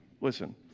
listen